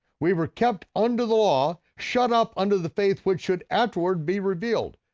we were kept under the law, shut up under the faith which should afterward be revealed.